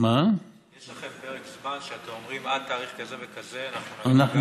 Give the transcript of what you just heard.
יש לכם פרק זמן שאתם אומרים: עד תאריך כזה וכזה אנחנו,